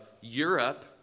Europe